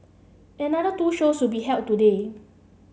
another two shows will be held today